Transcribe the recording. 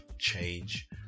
change